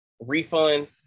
refund